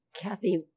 Kathy